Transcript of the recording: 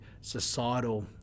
societal